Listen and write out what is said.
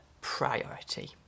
priority